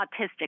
autistic